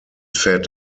fed